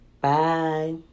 Bye